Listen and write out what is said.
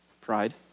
pride